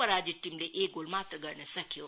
पराजित टीमले एक गोल मात्र गर्न सक्यो